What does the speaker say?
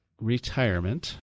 retirement